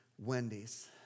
Wendy's